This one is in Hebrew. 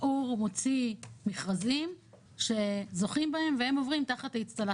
האו"ם מוציא מכרזים שזוכים בהם והם עוברים תחת האצטלה